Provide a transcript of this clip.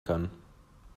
kann